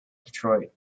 detroit